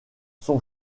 son